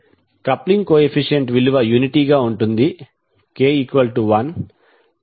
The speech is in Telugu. కప్లింగ్ కో ఎఫిషియంట్ విలువ యూనిటీ గా ఉంటుందిk1 3